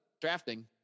drafting